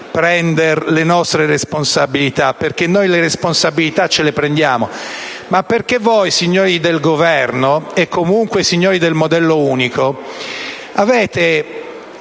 prendere le nostre responsabilità, perché noi le responsabilità ce le prendiamo, ma perché voi, signori del Governo, e comunque signori del modello unico, avete